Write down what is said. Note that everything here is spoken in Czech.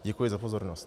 Děkuji za pozornost.